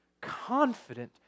confident